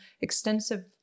extensive